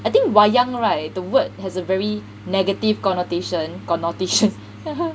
I think wayang right the word has a very negative connotations connotations